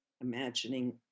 imagining